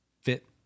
fit